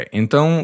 então